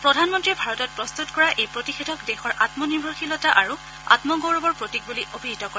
প্ৰধানমন্ত্ৰীয়ে ভাৰতত প্ৰস্তুত কৰা এই প্ৰতিষেধক দেশৰ আম্মনিৰ্ভৰশীলতা আৰু আমগৌৰৱৰ প্ৰতীক বুলি অভিহিত কৰে